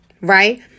Right